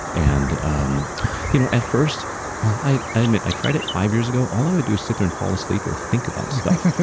and um you know at first, well i i admit i tried it five years ago. all i would do is sit there and fall asleep or think about stuff